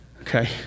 okay